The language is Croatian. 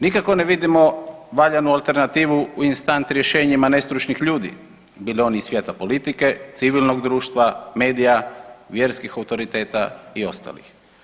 Nikako ne vidimo valjanu alternativu u instant rješenjima nestručnih ljudi bili oni iz svijeta politike, civilnog društva, medija, vjerskih autoriteta i ostalih.